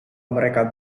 mereka